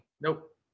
Nope